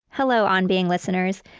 hello, on being listeners.